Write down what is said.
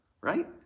right